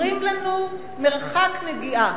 אומרים לנו: מרחק נגיעה.